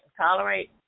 tolerate